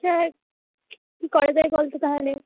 হ্যাঁ কী করা যায় বল তো তাহলে